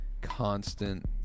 constant